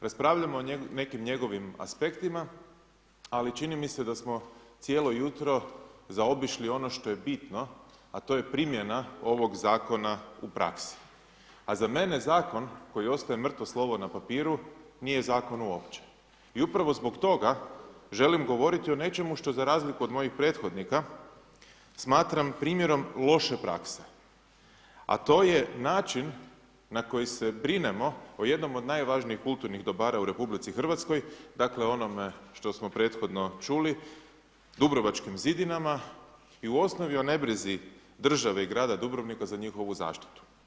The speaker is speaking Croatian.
Raspravljamo o nekim njegovim aspektima ali čini mi se da smo cijelo jutro zaobišli ono što je bitno a to je primjena ovog zakona u praksi a za mene zakon koji ostaje mrtvo slovo na papiru nije zakon uopće i upravo zbog toga želim govoriti o nečemu što za razliku od mojih prethodnika smatra, primjerom loše prakse a to je način na koji se brinemo o jednom od najvažnijih kulturnih dobara u RH, dakle onom što smo prethodno čuli Dubrovačkim zidinama i u osnovi o nebrizi države i grada Dubrovnika za njihovu zaštitu.